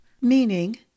Meaning